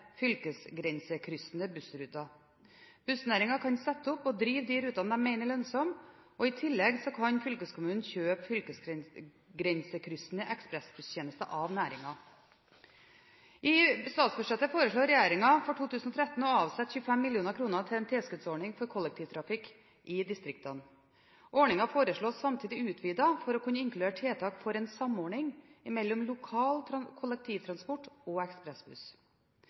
fylkesgrensekryssende bussruter. Bussnæringen kan sette opp og drive de rutene de mener er lønnsomme. I tillegg kan fylkeskommunene kjøpe fylkesgrensekryssende ekspressbusstjenester av næringen. I statsbudsjettet for 2013 foreslår regjeringen å avsette 25 mill. kr til tilskuddsordningen for kollektivtransport i distriktene. Ordningen foreslås samtidig utvidet for å kunne inkludere tiltak for en samordning mellom lokal kollektivtransport og ekspressbuss.